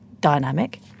dynamic